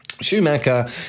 Schumacher